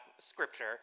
scripture